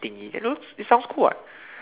thingy you know it sounds cool [what]